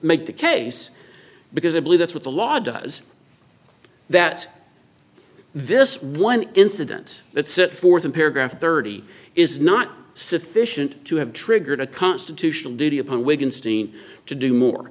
make the case because i believe that's what the law does that this one incident that set forth in paragraph thirty is not sufficient to have triggered a constitutional